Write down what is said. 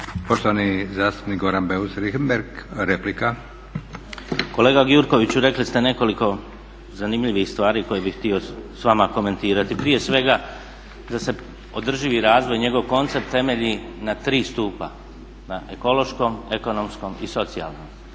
Poštovani zastupnik Goran Beus Richembergh, replika. **Beus Richembergh, Goran (HNS)** Kolega Gjurkoviću, rekli ste nekoliko zanimljivih stvari koje bih htio s vama komentirati. Prije svega da se održivi razvoj i njegov koncept temelji na tri stupa, na ekološkom, ekonomskom i socijalnom.